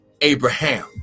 abraham